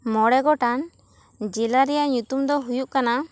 ᱢᱚᱬᱮ ᱜᱚᱴᱟᱝ ᱡᱮᱞᱟ ᱨᱮᱭᱟᱜ ᱧᱩᱛᱩᱢ ᱫᱚ ᱦᱩᱭᱩᱜ ᱠᱟᱱᱟ